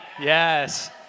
Yes